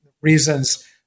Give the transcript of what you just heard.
reasons